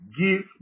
Give